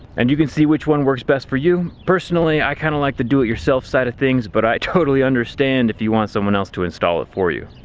and you can see which one works best for you. personally i kind of like the do-it-yourself side of things, but i totally understand if you want someone else to install it for you.